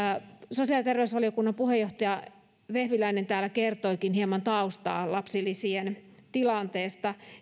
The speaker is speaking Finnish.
sosiaali ja terveysvaliokunnan puheenjohtaja vehviläinen täällä kertoikin hieman taustaa lapsilisien tilanteesta